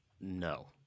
No